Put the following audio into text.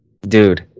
dude